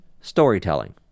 storytelling